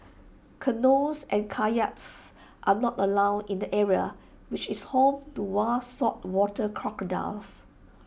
canoes and kayaks are not allowed in the area which is home to wild saltwater crocodiles